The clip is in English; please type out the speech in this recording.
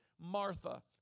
Martha